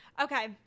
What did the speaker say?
Okay